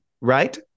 right